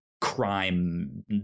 crime